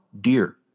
deer